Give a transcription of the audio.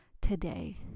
today